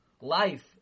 life